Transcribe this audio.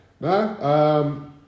No